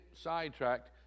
sidetracked